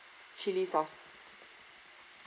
chili sauce